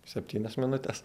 septynias minutes